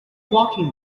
walking